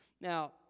Now